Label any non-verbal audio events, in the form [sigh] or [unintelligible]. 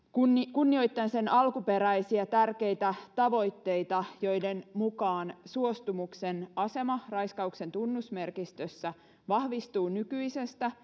kunnioittaen sen alkuperäisiä tärkeitä tavoitteita joiden mukaan suostumuksen asema raiskauksen tunnusmerkistössä vahvistuu nykyisestä [unintelligible]